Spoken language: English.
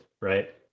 right